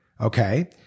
okay